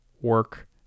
work